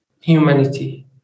humanity